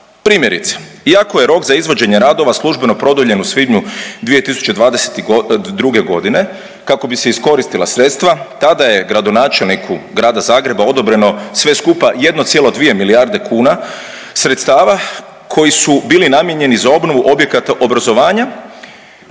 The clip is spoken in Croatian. Primjerice, iako je rok za izvođenje radova službeno produljen u svibnju 2022. g. kako bi se iskoristila sredstva, tada je gradonačelniku Grada Zagreba odobreno sve skupa 1,2 milijarde kuna sredstava koji su bili namijenjeni za obnovu objekata obrazovanja.